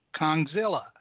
Kongzilla